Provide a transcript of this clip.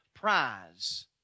prize